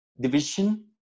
Division